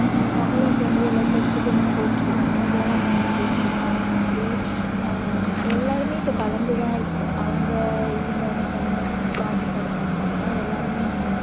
நம்மளும் இப்போ வந்து எல்லா சர்ச்சுக்கு தான் போய்கிட்ருக்கோம் வேளாங்கன்னிக்கு போய்கிட்ருக்கோம் அந்த மாதிரி எல்லாருமே இப்போ கலந்து தான் இருக்கோம் அவங்க இவங்கன்னு தனியாக பாகுபாடு பார்க்காம எல்லாருமே நம்ம